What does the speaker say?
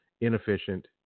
inefficient